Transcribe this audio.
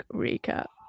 recap